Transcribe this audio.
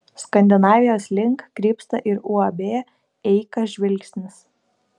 skandinavijos link krypsta ir uab eika žvilgsnis